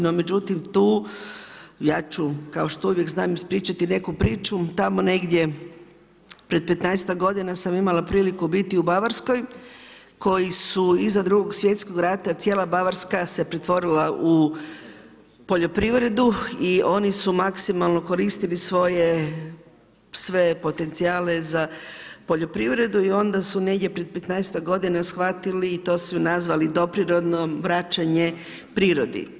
No međutim, tu ja ću kao što uvijek znam ispričati neku priču, tamo negdje prije 15-tak g. sam imala priliku biti u Bavarskoj, koji su iza 2.sv. rata cijela Bavarka se pretvorila u poljoprivredu i oni su maksimalno koristili svoje sve potencijale za poljoprivredu i onda su negdje prije 15-tak godina shvatili i to su nazvali do prirodno, vraćanje prirodi.